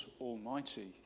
Almighty